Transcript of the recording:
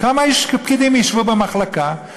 כמה פקידים ישבו במחלקה,